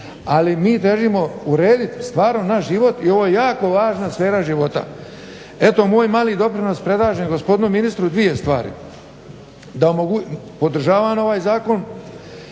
Ali mi težimo urediti stvarno naš život i ovo je jako važna sfera života. Eto moj mali doprinos, predlažem gospodinu ministru dvije stvari, podržavam ovaj zakon,